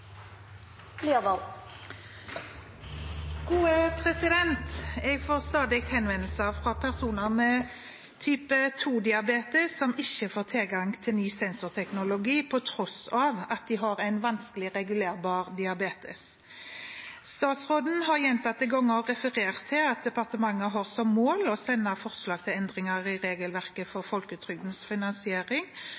ikke får tilgang til ny sensorteknologi på tross av at de har en vanskelig regulerbar diabetes. Statsråden har gjentatte ganger referert til at departementet har som mål å sende forslag til endringer i regelverket for